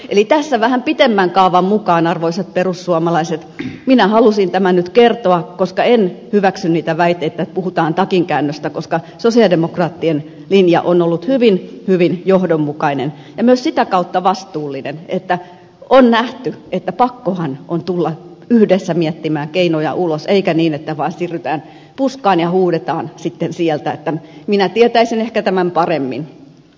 eli tässä vähän pidemmän kaavan mukaan arvoisat perussuomalaiset minä halusin tämän nyt kertoa koska en hyväksy niitä väitteitä että puhutaan takinkäännöstä koska sosialidemokraattien linja on ollut hyvin hyvin johdonmukainen ja myös sitä kautta vastuullinen että on nähty että pakkohan on tulla yhdessä miettimään keinoja ulos eikä niin että vaan siirrytään puskaan ja huudetaan sitten sieltä että minä tietäisin ehkä tämän paremmin